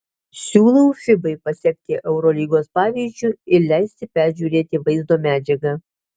siūlau fibai pasekti eurolygos pavyzdžiu ir leisti peržiūrėti vaizdo medžiagą